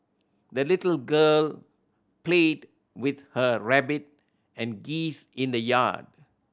the little girl played with her rabbit and geese in the yard